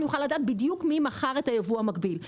יוכל לדעת בדיוק מי מכר את הייבוא המקביל,